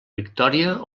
victòria